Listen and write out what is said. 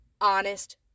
honest